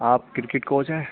آپ cricket coach ہیں